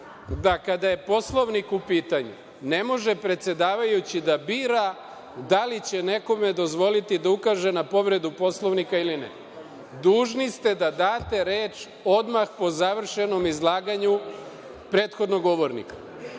da kada je Poslovnik u pitanju ne može predsedavajući da bira, da li će nekome dozvoliti da ukaže na povredu Poslovnika ili ne. Dužni ste da date reč odmah po završenom izlaganju prethodnog govornika.